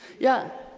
yeah